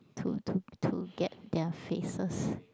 to to to get their faces